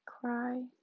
cry